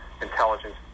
intelligence